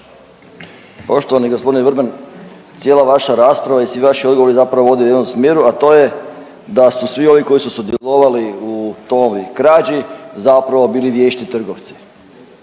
Poštovani g. Vrban, cijela vaša rasprava i svi vaši odgovore zapravo vode u jednom smjeru, a to je da su svi ovi koji su sudjelovali u toj krađi zapravo bili vješti trgovci